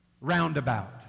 Roundabout